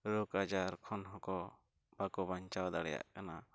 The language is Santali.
ᱨᱳᱜᱽᱼᱟᱡᱟᱨ ᱠᱷᱚᱱ ᱦᱚᱸᱠᱚ ᱵᱟᱠᱚ ᱵᱟᱧᱪᱟᱣ ᱫᱟᱲᱮᱭᱟᱜ ᱠᱟᱱᱟ